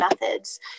methods